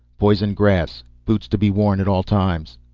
poison grass. boots to be worn at all times.